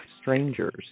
strangers